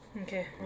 Okay